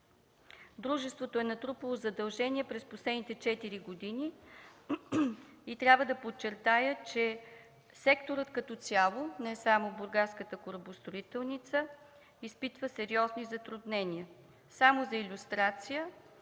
Дружеството е натрупало задължения през последните четири години и трябва да подчертая, че секторът като цяло, не само Бургаската корабостроителница, изпитва сериозни затруднения. Само за илюстрация,